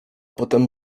potem